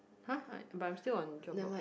!huh! but I'm still on Dropbox